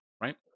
right